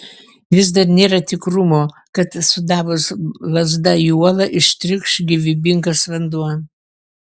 vis dar nėra tikrumo kad sudavus lazda į uolą ištrykš gyvybingas vanduo